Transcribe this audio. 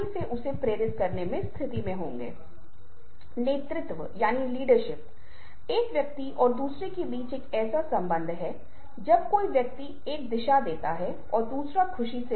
Margaret Thatcher भी इसमे शामिल थी और यह अंततः विवाद का कारण बना था क्योंकि इसका गलत तरीके से इस्तेमाल किया गया था और ये विभिन्न संस्कृतियों के सामाजिक और सांस्कृतिक जीवन में बहुत संवेदनशील मुद्दे हैं